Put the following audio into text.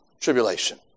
tribulation